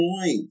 point